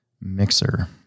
Mixer